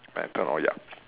I thought not young